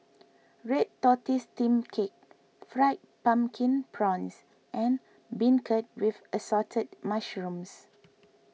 Red Tortoise Steamed Cake Fried Pumpkin Prawns and Beancurd with Assorted Mushrooms